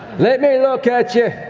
let me look at yeah